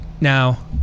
now